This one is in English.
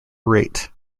rate